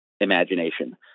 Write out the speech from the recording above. imagination